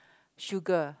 sugar